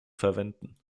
verwenden